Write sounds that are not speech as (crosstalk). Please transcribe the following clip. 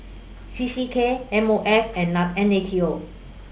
C C K M O F and (unintelligible) N A T O